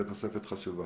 זו תוספת חשובה.